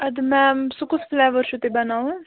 اَدٕ میم سُہ کُس فُلیوَر چھُو تُہۍ بَناوُن